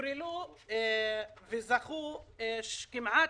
הוגרלו וזכו כמעט